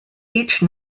each